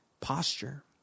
posture